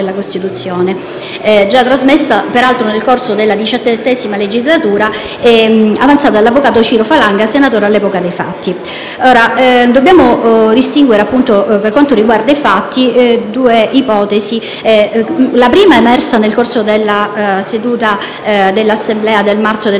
già trasmessa, peraltro, nel corso della XVII legislatura - avanzata dall'avvocato Ciro Falanga, senatore all'epoca dei fatti. Dobbiamo distinguere, per quanto riguarda i fatti, due ipotesi. La prima è emersa nel corso della seduta di Assemblea di marzo 2017,